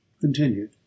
Continued